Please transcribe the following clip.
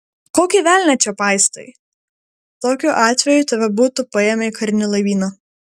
kokį velnią čia paistai tokiu atveju tave būtų paėmę į karinį laivyną